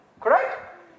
Correct